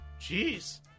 Jeez